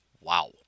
Wow